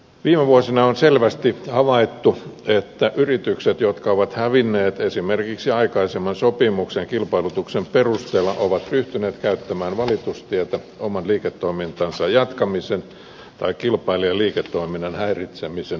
viime vuosina on selvästi havaittu että yritykset jotka ovat hävinneet esimerkiksi aikaisemman sopimuksen kilpailutuksen perusteella ovat ryhtyneet käyttämään valitustietä oman liiketoimintansa jatkamisen tai kilpailijan liiketoiminnan häiritsemisen tarkoituksessa